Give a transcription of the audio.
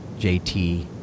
JT